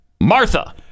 Martha